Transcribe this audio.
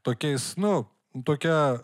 tokiais nu tokia